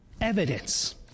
evidence